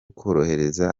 korohereza